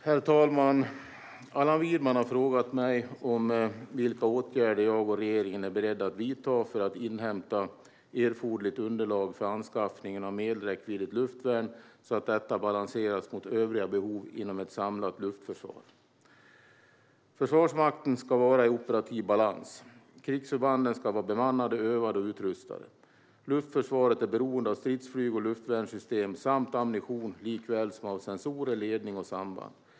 Herr talman! Allan Widman har frågat mig vilka åtgärder jag och regeringen är beredda att vidta för att inhämta erforderligt underlag för anskaffningen av medelräckviddigt luftvärn så att detta balanseras mot övriga behov inom ett samlat luftförsvar. Försvarsmakten ska vara i operativ balans. Krigsförbanden ska vara bemannade, övade och utrustade. Luftförsvaret är beroende av stridsflygs och luftvärnssystem samt ammunition liksom av sensorer, ledning och samband.